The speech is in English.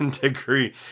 degree